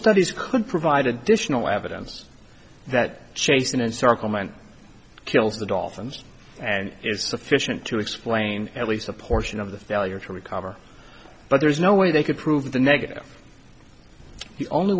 studies could provide additional evidence that chasing encirclement kills the dolphins and is sufficient to explain at least a portion of the failure to recover but there is no way they could prove the negative the only